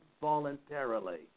voluntarily